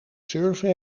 surfen